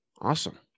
awesome